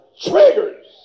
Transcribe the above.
triggers